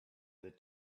the